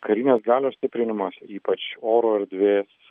karinės galios stiprinimas ypač oro erdvės